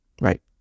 Right